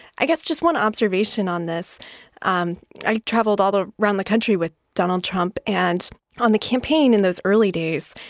i guess just one observation on this um i traveled all around the country with donald trump. and on the campaign, in those early days,